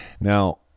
Now